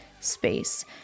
space